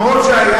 כמו שהיה